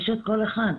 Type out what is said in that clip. פשוט כל אחד,